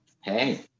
Hey